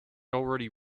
already